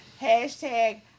Hashtag